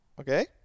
Okay